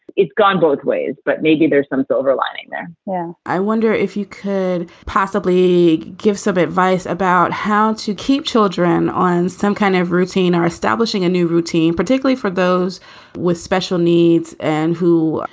it's gone both ways. but maybe there's some silver lining there yeah i wonder if you could possibly give some advice about how to keep children on some kind of routine or establishing a new routine, particularly for those with special needs and who,